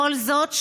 כל זאת,